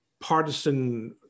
partisan